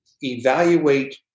Evaluate